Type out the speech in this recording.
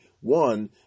One